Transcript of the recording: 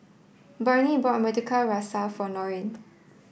Barnie bought murtabak rusa for Norine